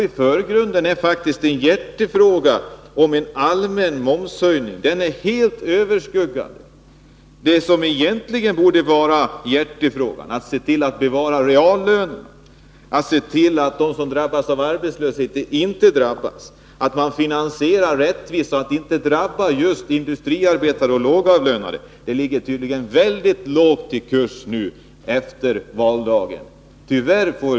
I förgrunden är hjärtefrågan om en allmän momshöjning. Den är helt överskuggande. Det som rimligen borde vara hjärtefrågan är att se till att bevara reallönerna, se till att människor inte drabbas av arbetslöshet och att finansieringen sker rättvist och inte drabbar industriarbetare och lågavlönade. Men detta ligger lågt i kurs nu efter valdagen, tyvärr.